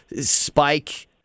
spike